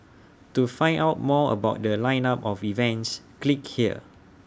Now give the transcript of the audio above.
to find out more about The Line up of events click here